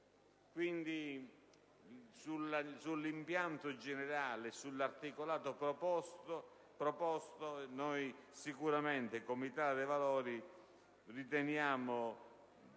Quindi, sull'impianto generale e sull'articolato proposto, sicuramente, come Italia dei Valori, riteniamo